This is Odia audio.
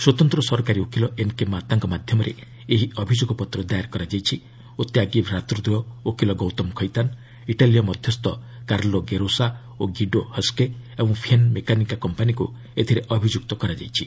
ସ୍ୱତନ୍ତ୍ର ସରକାରୀ ଓକିଲ ଏନ୍କେ ମାତାଙ୍କ ମାଧ୍ୟମରେ ଏହି ଅଭିଯୋଗପତ୍ର ଦାଏର୍ କରାଯାଇଛି ଓ ତ୍ୟାଗୀ ଭ୍ରାତୃଦ୍ୱୟ ଓକିଲ ଗୌତମ ଖଇତାନ୍ ଇଟାଲୀୟ ମଧ୍ୟସ୍ଥ କାର୍ଲୋ ଗେରୋସା ଓ ଗିଡ଼ୋ ହସ୍କେ ଏବଂ ଫିନ୍ମେକାନିକା କମ୍ପାନୀକୁ ଏଥିରେ ଅଭିଯୁକ୍ତ କରାଯାଇଛି